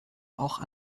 auch